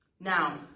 Now